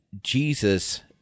Jesus